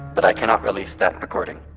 but i cannot release that recording